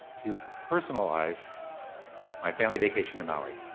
to personalize my family vacation to maui.